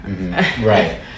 Right